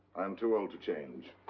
i'm too old to change.